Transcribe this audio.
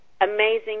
amazing